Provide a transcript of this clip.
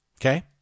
Okay